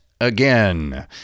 again